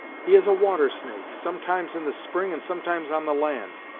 he is a water snake sometimes in the spring and sometimes on the land.